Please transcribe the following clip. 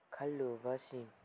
ꯈꯜꯂꯨꯕꯁꯤꯡ